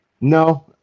No